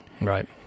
right